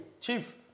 Chief